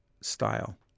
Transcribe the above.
style